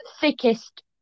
thickest